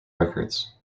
records